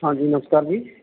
ਹਾਂਜੀ ਨਮਸਕਾਰ ਜੀ